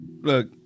Look